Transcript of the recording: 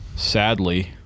Sadly